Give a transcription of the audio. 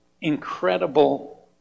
incredible